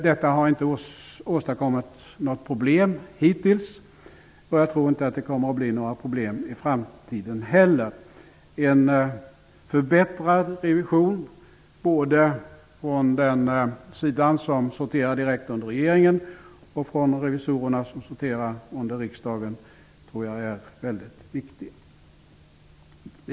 Detta har inte orsakat något problem hittills, och jag tror inte att det kommer att bli några problem i framtiden heller. En förbättrad revision från den sida som sorterar direkt under regeringen och från de revisorer som sorterar under riksdagen tror jag är väldigt viktig.